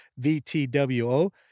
VTWO